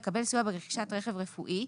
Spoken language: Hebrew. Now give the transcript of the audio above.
לקבל סיוע ברכישת רכב רואי,